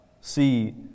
see